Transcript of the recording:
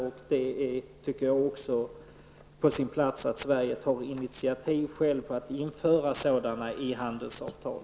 Jag tycker också att det är på sin plats att Sverige tar egna initiativ för att införa sådana i handelsavtal.